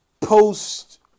post